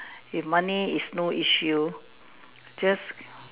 if money is no issue just